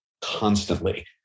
constantly